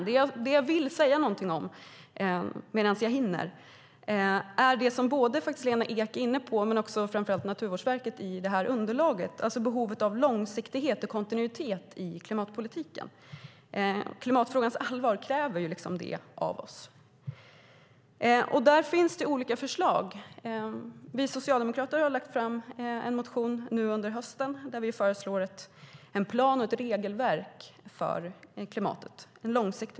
Det jag vill säga någonting om medan jag hinner är det som både Lena Ek men framför allt Naturvårdsverket är inne på i det här underlaget, alltså behovet av långsiktighet och kontinuitet i klimatpolitiken. Klimatfrågans allvar kräver det av oss. Här finns det olika förslag. Vi socialdemokrater har väckt en motion nu under hösten där vi föreslår en långsiktig plan och ett regelverk för klimatet.